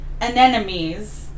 anemones